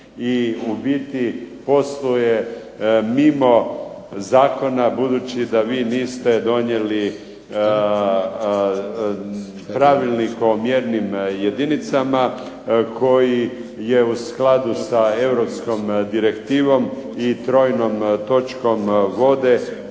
i u biti posluje mimo zakona, budući da vi niste donijeli pravilnik o mjernim jedinicama koji je u skladu sa europskom direktivom i trojnom točkom vode